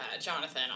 Jonathan